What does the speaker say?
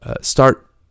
start